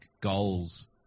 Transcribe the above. goals